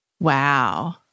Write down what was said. Wow